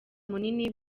munini